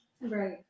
Right